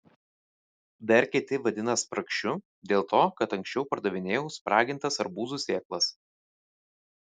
dar kiti vadina spragšiu dėl to kad anksčiau pardavinėjau spragintas arbūzų sėklas